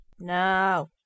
No